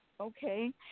Okay